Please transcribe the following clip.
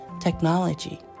technology